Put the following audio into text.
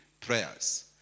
prayers